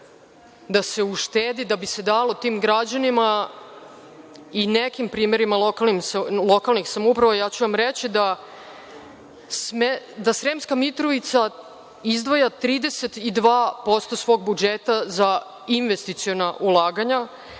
da se uštedi da bi se dalo tim građanima i nekim primerima lokalnih samouprava, ja ću vam reći da Sremska Mitrovica izdvaja 32% svog budžeta za investiciona ulaganja,